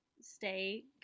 stay